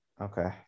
Okay